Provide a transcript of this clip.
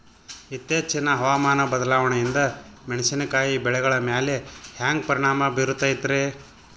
ಇತ್ತೇಚಿನ ಹವಾಮಾನ ಬದಲಾವಣೆಯಿಂದ ಮೆಣಸಿನಕಾಯಿಯ ಬೆಳೆಗಳ ಮ್ಯಾಲೆ ಹ್ಯಾಂಗ ಪರಿಣಾಮ ಬೇರುತ್ತೈತರೇ?